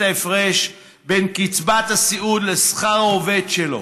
ההפרש בין קצבת הסיעוד לשכר העובד שלו?